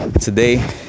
today